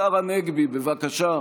השר הנגבי, בבקשה.